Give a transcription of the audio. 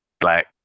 black